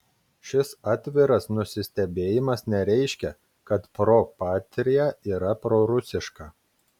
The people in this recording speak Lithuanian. šis atviras nusistebėjimas nereiškia kad pro patria yra prorusiška